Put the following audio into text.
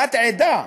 את עדה,